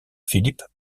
philippe